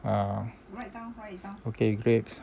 ah okay grapes